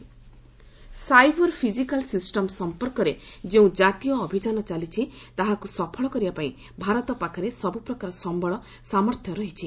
cyber system cyber physical system ସମ୍ପର୍କରେ ଯେଉଁ ଜାତୀୟ ଅଭିଯାନ ଚାଲିଛି ତାହାକୁ ସଫଳ କରିବା ପାଇଁ ଭାରତ ପାଖରେ ସବ୍ରପ୍ରକାର ସମ୍ବଳ ସାମର୍ଥ୍ୟ ରହିଛି